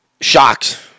Shocked